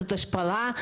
זאת השפלה,